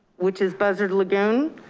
which is buzzard lagoon.